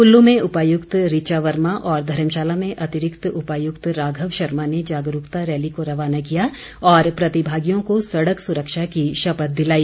कृल्लू में उपायुक्त ऋचा वर्मा और धर्मशाला में अतिरिक्त उपायुक्त राघव शर्मा ने जागरूकता रैली को रवाना किया और प्रतिभागियों को सड़क सुरक्षा की शपथ दिलाई